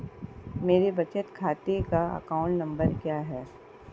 मेरे बचत खाते का अकाउंट नंबर क्या है?